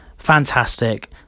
fantastic